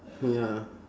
ya